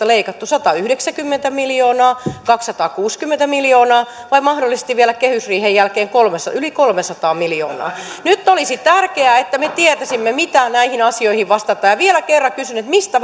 leikattu satayhdeksänkymmentä miljoonaa kaksisataakuusikymmentä miljoonaa vai mahdollisesti vielä kehysriihen jälkeen yli kolmesataa miljoonaa nyt olisi tärkeää että me tietäisimme mitä näihin asioihin vastataan ja vielä kerran kysyn mistä